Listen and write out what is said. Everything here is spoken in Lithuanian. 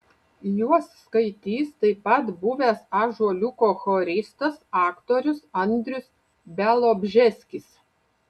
juos skaitys taip pat buvęs ąžuoliuko choristas aktorius andrius bialobžeskis